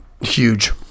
Huge